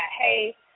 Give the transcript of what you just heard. Hey